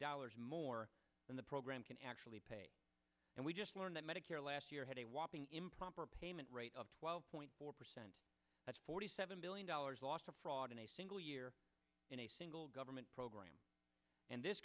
dollars more than the program can actually pay and we just learned that medicare last year had a whopping improper payment rate of twelve point four percent that's forty seven billion dollars lost of fraud in a single year in a single government program and this